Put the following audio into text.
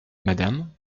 madame